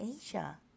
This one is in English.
Asia